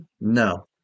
no